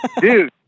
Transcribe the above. Dude